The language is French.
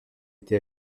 été